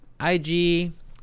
ig